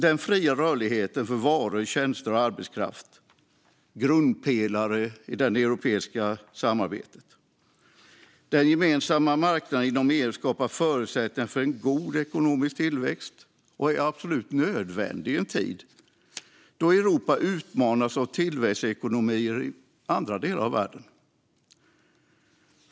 Den fria rörligheten för varor, tjänster och arbetskraft är en grundpelare i det europeiska samarbetet. Den gemensamma marknaden inom EU skapar förutsättningar för en god ekonomisk tillväxt och är absolut nödvändig i en tid då Europa utmanas av tillväxtekonomier i andra delar av världen.